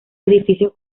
edificio